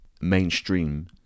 mainstream